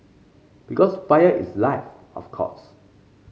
because fire is life of course